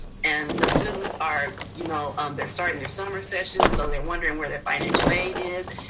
and the students are, you know um they're starting their summer sessions, though they're wondering where their financial aid is.